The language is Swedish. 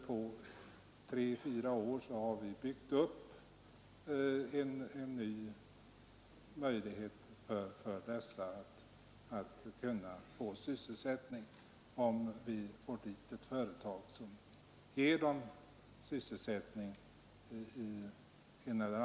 På tre fyra år vill vi möjliggöra för dessa unga att få sysselsättning.